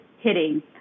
hitting